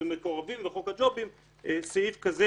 למקורבים ולחוק הג'ובים סעיף כזה